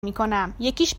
میکنم، یکیش